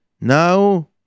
Now